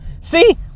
See